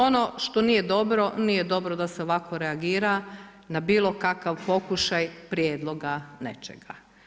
Ono što nije dobro nije dobro da se ovako reagira na bilo kakav pokušaj prijedloga nečega.